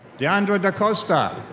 deandra dacosta.